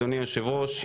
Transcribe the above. אדוני היושב ראש,